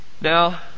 Now